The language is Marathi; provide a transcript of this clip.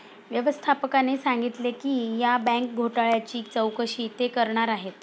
व्यवस्थापकाने सांगितले की या बँक घोटाळ्याची चौकशी ते करणार आहेत